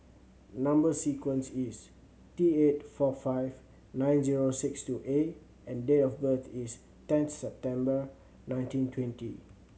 number sequence is T eight four five nine zero six two A and date of birth is tenth September nineteen twenty